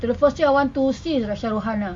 the first thing I want to see is shah rukh khan ah